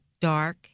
dark